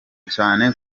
cyane